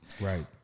Right